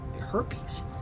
herpes